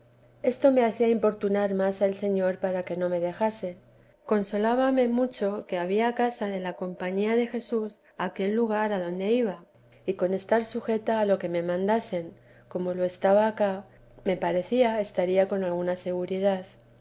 esto me hacía importunar más al señor para que no me dejase consolábame mucho que había casa de la compañía de jesús en aquel lugar adonde iba y con estar sujeta a lo que me mandasen como lo estaba acá me parecía estaría con alguna seguridad